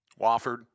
Wofford